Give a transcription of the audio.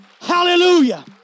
Hallelujah